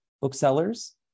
booksellers